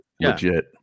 Legit